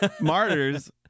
Martyrs